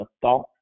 thought